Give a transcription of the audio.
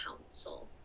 council